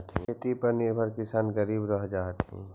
खेती पर निर्भर किसान गरीब रह जा हथिन